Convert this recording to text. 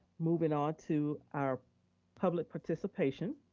moving on to our public participation.